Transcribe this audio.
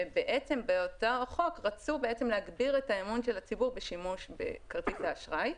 ובעצם באותו חוק רצו להגביר את האמון של הציבור בשימוש בכרטיס אשראי,